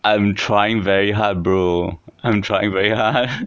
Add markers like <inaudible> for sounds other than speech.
I'm trying very hard bro I'm trying very hard <laughs>